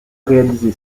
réalisé